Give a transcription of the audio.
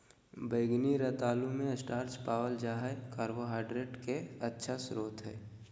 बैंगनी रतालू मे स्टार्च पावल जा हय कार्बोहाइड्रेट के अच्छा स्रोत हय